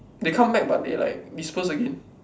they come back but they like disperse again